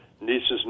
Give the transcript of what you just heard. nieces